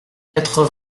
quatre